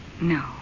No